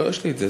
יש לי את זה.